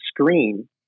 screen